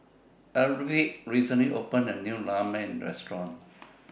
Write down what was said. Arvid recently opened A New Ramen Restaurant